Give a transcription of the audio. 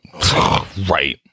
Right